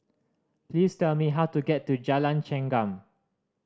please tell me how to get to Jalan Chengam